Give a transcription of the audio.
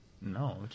No